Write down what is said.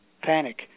panic